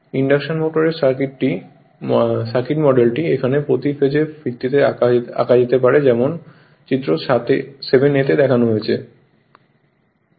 induction মোটরের circuit মডেলটি এখন প্রতি ফেজের ভিত্তিতে আঁকা যেতে পারে যেমন চিত্র 7 এ দেখানো হয়েছে